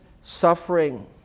suffering